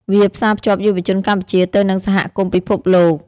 វាផ្សាភ្ជាប់យុវជនកម្ពុជាទៅនឹងសហគមន៍ពិភពលោក។